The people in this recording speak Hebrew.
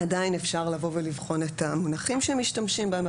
אפשר לבוא ולבחון את המונחים שמשתמשים בהם כאן,